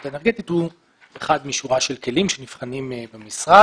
האנרגטית הוא אחד משורה של כלים שנבחנים במשרד.